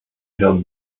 held